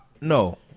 no